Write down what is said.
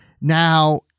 now